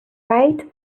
right